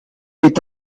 est